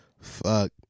Fuck